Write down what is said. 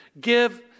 give